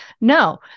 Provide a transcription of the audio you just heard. No